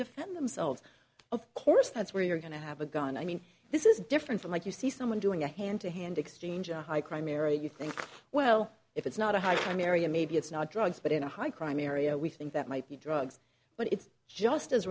defend themselves of course that's where you're going to have a gun i mean this is different from like you see someone doing a hand to hand exchange a high crime area you think well if it's not a high crime area maybe it's not drugs but in a high crime area we think that might be drugs but it's just as